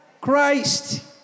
Christ